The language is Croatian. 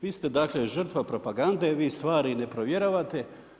Vi ste dakle žrtva propagande, vi stvari ne provjeravate.